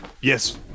yes